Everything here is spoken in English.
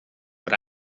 but